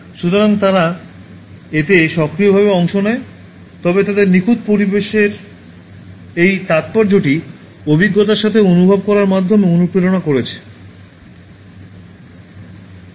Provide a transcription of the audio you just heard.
সুতরাং তারা এতে সক্রিয়ভাবে অংশ নেয় তবে তাদের নিখুঁত পরিবেশের এই তাত্পর্যটি অভিজ্ঞতার সাথে অনুভব করার মাধ্যমে অনুপ্রেরণা এসেছে